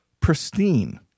pristine